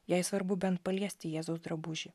jai svarbu bent paliesti jėzaus drabužį